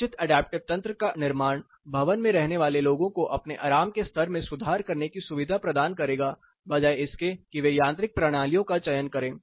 उचित अडैप्टिव तंत्र का निर्माण भवन में रहने वाले लोगों को अपने आराम के स्तर में सुधार करने की सुविधा प्रदान करेगा बजाय इसके कि वे यांत्रिक प्रणालियों के चयन करें